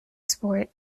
sport